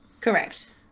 Correct